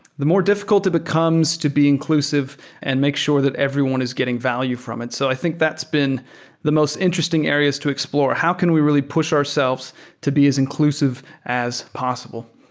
the more difficult it becomes to be inclusive and make sure that everyone is getting value from it. so i think that's been the most interesting areas to explore. how can we really push ourselves to be as inclusive as possible?